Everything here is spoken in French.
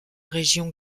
région